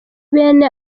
bene